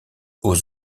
aux